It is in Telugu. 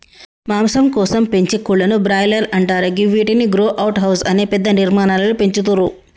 మాంసం కోసం పెంచే కోళ్లను బ్రాయిలర్స్ అంటరు గివ్విటిని గ్రో అవుట్ హౌస్ అనే పెద్ద నిర్మాణాలలో పెంచుతుర్రు